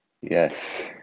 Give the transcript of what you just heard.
Yes